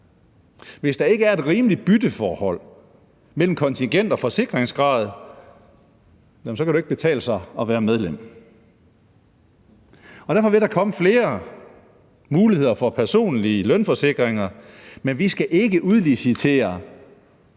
Hvis der ikke er et rimeligt bytteforhold mellem kontingent og forsikringsgrad, kan det jo ikke betale sig at være medlem. Derfor vil der komme flere muligheder for personlige lønforsikringer, men vi skal ikke udlicitere